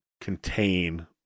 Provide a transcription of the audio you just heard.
contain